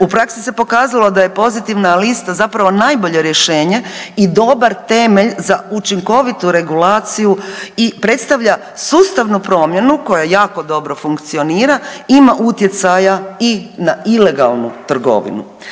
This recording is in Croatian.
u praksi se pokazalo da je pozitivna lista zapravo najbolje rješenje i dobar temelj za učinkovitu regulaciju i predstavlja sustavnu promjenu koja jako dobro funkcionira i ima utjecaja i na ilegalnu trgovinu.